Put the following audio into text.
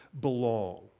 belong